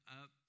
up